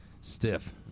stiff